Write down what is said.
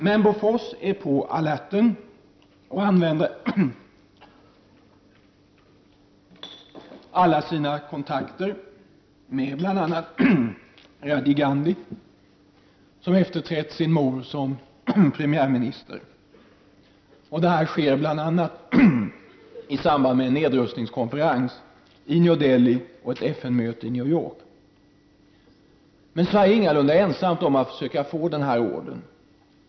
Men Bofors är på alerten och använder alla sina kontakter med bl.a. Rajiv Gandhi, som hade efterträtt sin mor som premiärminister. Detta sker bl.a. i samband med en nedrustningskonferens i New Dehli och ett FN-möte i New York. Men Sverige är ingalunda ensamt om att försöka få denna order.